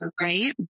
right